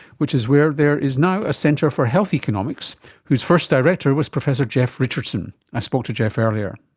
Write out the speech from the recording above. which is where there is now a centre for health economics whose first director was professor jeff richardson. i spoke to jeff earlier.